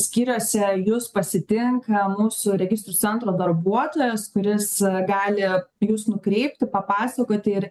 skyriuose jus pasitinka mūsų registrų centro darbuotojas kuris gali jus nukreipti papasakoti ir